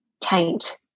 taint